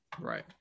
right